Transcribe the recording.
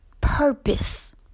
purpose